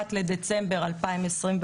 בדצמבר 2021,